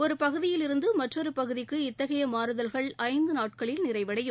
ஒரு பகுதியிலிருந்து மற்றொரு பகுதிக்கு இத்தகைய மாறுதல்கள் ஐந்து நாட்களில் நிறைவடையும்